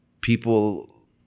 people